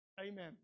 Amen